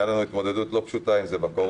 הייתה לנו התמודדות לא פשוטה עם זה בקורונה,